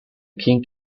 king